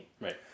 Right